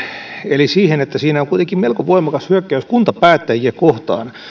eli siihen että siinä on kuitenkin melko voimakas hyökkäys kuntapäättäjiä kohtaan